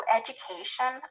education